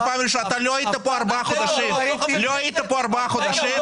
אתה לא היית כאן ארבעה חודשים.